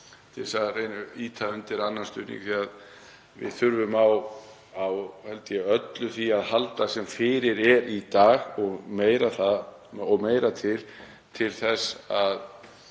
til þess að reyna að ýta undir annan stuðning. Við þurfum á öllu því að halda sem fyrir er í dag og meira til til þess að